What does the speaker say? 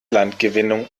landgewinnung